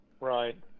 Right